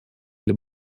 для